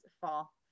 fall